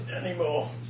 anymore